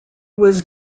was